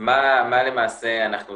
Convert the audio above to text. מה למעשה אנחנו עושים?